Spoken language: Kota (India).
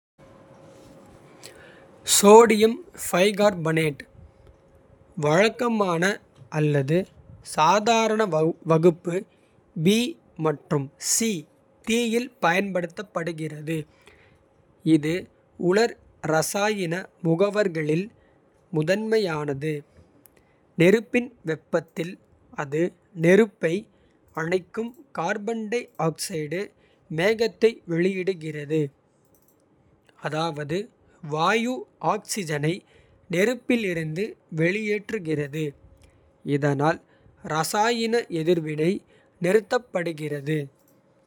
Sodium bicarbonate வழக்கமான அல்லது சாதாரண. வகுப்பு மற்றும் தீயில் பயன்படுத்தப்படுகிறது. இது உலர் இரசாயன முகவர்களில் முதன்மையானது. நெருப்பின் வெப்பத்தில் அது நெருப்பை அணைக்கும். கார்பன் டை ஆக்சைடு மேகத்தை வெளியிடுகிறது. அதாவது வாயு ஆக்ஸிஜனை நெருப்பிலிருந்து. வெளியேற்றுகிறது இதனால் இரசாயன. எதிர்வினை நிறுத்தப்படுகிறது.